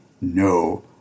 No